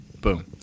Boom